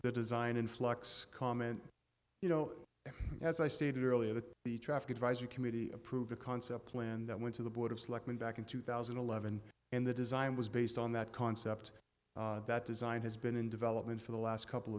whole design in flux comment you know as i stated earlier that the traffic advisory committee approved a concept plan that went to the board of selectmen back in two thousand and eleven and the design was based on that concept that design has been in development for the last couple